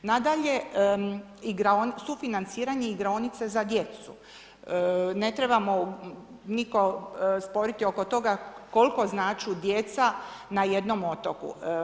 Nadalje, sufinanciranje igraonice za djecu, ne trebamo nitko sporiti oko toga koliko znače djeca na jednom otoku.